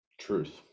Truth